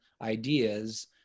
ideas